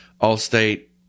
all-state